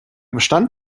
bestand